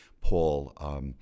Paul